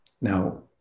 Now